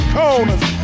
corners